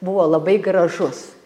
buvo labai gražus